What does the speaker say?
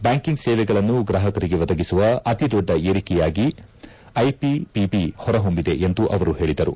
banking ಸೇವೆಗಳನ್ನು ಗ್ರಾಹಕರಿಗೆ ಒದಗಿಸುವ ಅತಿದೊಡ್ಡ ಏರಿಕೆಯಾಗಿ ಐಪಿಪಿಬಿ ಹೊರಹೊಮ್ದಿದೆ ಎಂದು ಅವರು ಹೇಳಿದರು